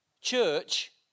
church